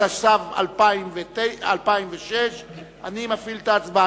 התשס"ו 2006 אני מפעיל את ההצבעה.